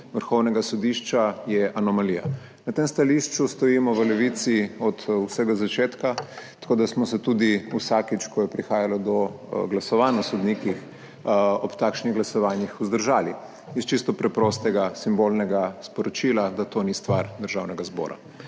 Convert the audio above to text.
Vrhovnega sodišča, je anomalija. Na tem stališču stojimo v Levici od vsega začetka, tako da smo se tudi vsakič, ko je prihajalo do glasovanj o sodnikih, ob takšnih glasovanjih vzdržali iz čisto preprostega simbolnega sporočila, da to ni stvar Državnega zbora.